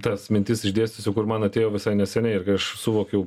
tas mintis išdėstysiu kur man atėjo visai neseniai ir kai aš suvokiau